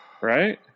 Right